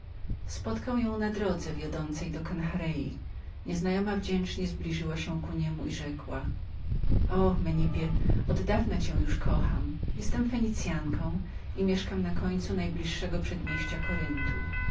spotkał ją na drodze wiodącej do kenkrei nieznajoma wdzięcznie zbliżyła się ku niemu i rzekła o menipie oddawna już cię kocham jestem fenicyanką i mięszkam na końcu najbliższego przedmieścia koryntu